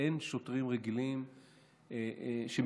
אין שוטרים רגילים שמסתובבים,